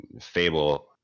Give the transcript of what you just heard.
Fable